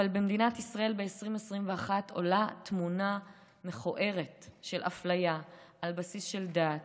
אבל במדינת ישראל 2021 עולה תמונה מכוערת של אפליה על בסיס של דת,